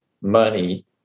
money